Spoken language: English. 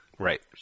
Right